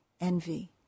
envy